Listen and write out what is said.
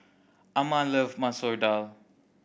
Amma love Masoor Dal